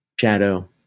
shadow